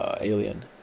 alien